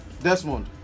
Desmond